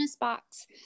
box